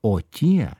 o tie